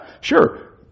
Sure